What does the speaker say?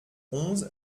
onze